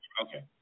Okay